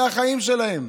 זה החיים שלהם.